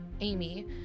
Amy